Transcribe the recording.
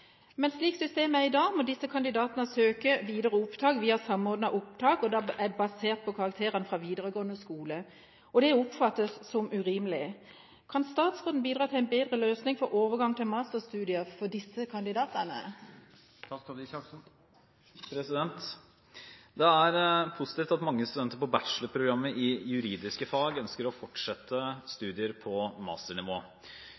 Slik systemet er i dag, må disse kandidatene søke videre opptak via samordnet opptak, basert på karakterene fra videregående skole. Dette oppfattes som urimelig. Kan statsråden bidra til en bedre løsning for overgang til masterstudier for disse kandidatene?» Det er positivt at mange studenter på bachelorprogrammet i juridiske fag ønsker å fortsette